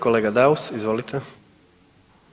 Kolega Daus, izvolite